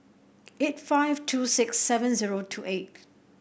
eight five two six seven zero two eight